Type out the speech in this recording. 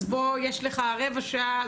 יש לך רבע שעה.